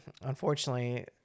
Unfortunately